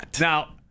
now